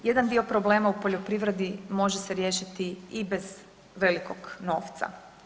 Jedan dio problema u poljoprivredi može se riješiti i bez velikog novca.